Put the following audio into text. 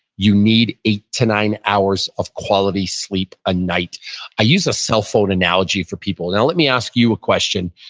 you need eight to nine hours of quality sleep a night i use a cell phone analogy for people. now let me ask you a question.